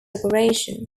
operation